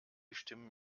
stimmen